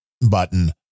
button